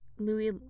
Louis